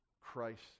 Christ